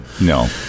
no